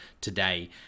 today